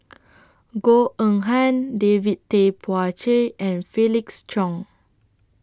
Goh Eng Han David Tay Poey Cher and Felix Cheong